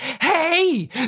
Hey